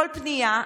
בכל פנייה,